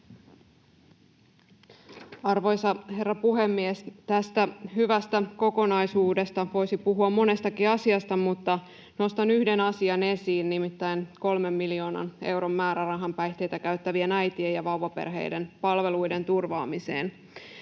Arvoisa herra puhemies! Tästä hyvästä kokonaisuudesta voisi puhua monestakin asiasta, mutta nostan esiin yhden asian, nimittäin kolmen miljoonan euron määrärahan päihteitä käyttävien äitien ja vauvaperheiden palveluiden turvaamiseen.